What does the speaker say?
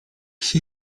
się